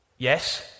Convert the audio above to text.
Yes